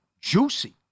Juicy